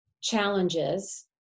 challenges